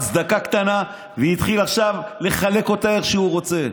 צדקה קטנה והתחיל עכשיו לחלק אותה איך שהוא רוצה.